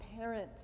parent